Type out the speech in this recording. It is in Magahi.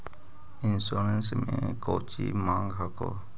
इंश्योरेंस मे कौची माँग हको?